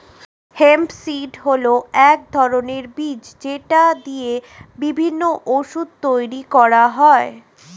hemp seed হল এক ধরনের বীজ যেটা দিয়ে বিভিন্ন ওষুধ তৈরি করা হয়